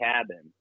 cabin